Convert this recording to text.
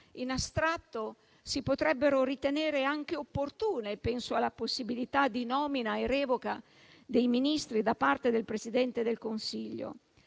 In astratto si potrebbero ritenere anche opportune (penso alla possibilità di nomina e revoca dei Ministri da parte del Presidente del Consiglio),